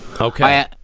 Okay